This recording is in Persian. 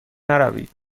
نروید